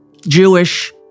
Jewish